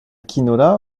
quinola